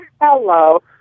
Hello